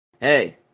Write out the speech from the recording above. Hey